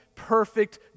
perfect